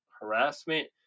harassment